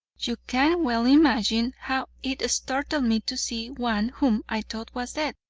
you can well imagine how it startled me to see one whom i thought was dead.